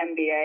MBA